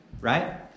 right